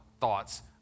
thoughts